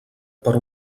per